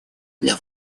для